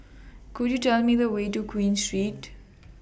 Could YOU Tell Me The Way to Queen Street